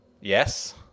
Yes